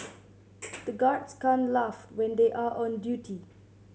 the guards can't laugh when they are on duty